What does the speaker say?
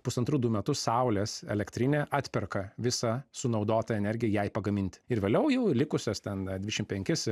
pusantrų du metus saulės elektrinė atperka visą sunaudotą energiją jai pagaminti ir vėliau jau likusias ten dvišim penkis